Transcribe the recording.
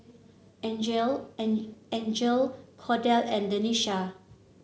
Angele An Angele Cordell and Denisha